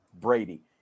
brady